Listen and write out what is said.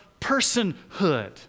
personhood